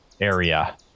area